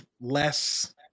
less